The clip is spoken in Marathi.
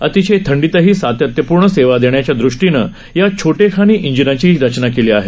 अतिशय थंडीतही सातत्यपूर्ण सेवा देण्याच्या दृष्टीनं या छोटेखानी इंजिनाची रचना केली आहे